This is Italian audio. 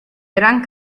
gran